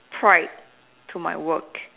pride to my work